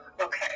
okay